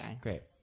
Great